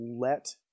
let